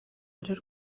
ubudasa